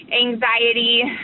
anxiety